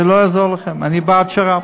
זה לא יעזור לכם, אני בעד שר"פ.